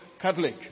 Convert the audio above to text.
Catholic